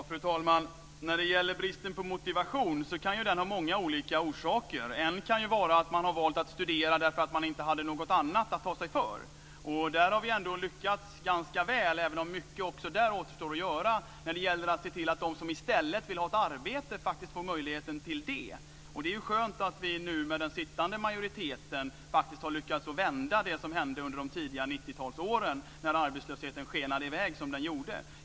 Fru talman! Bristen på motivation kan ha många olika orsaker. En kan vara att man har valt att studera därför att man inte hade något annat att ta sig för. Där har vi ändå lyckats ganska väl, även om mycket återstår att göra också där när det gäller att se till att de som i stället vill ha ett arbete faktiskt får möjligheten till det. Det är skönt att vi nu, med den sittande majoriteten, faktiskt har lyckats vända det som hände under de tidiga 90-talsåren, när arbetslösheten skenade i väg som den gjorde.